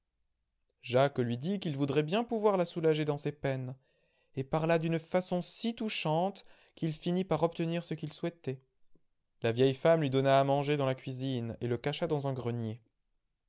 jacques lui dit qu'il voudrait bien pouvoir la soulager dans ses peines et parla d'une façon si touchante qu'il finit par obtenir ce qu'il souhaitait la vieille femme lui donna à manger dans la cuisine et le cacha dans un grenier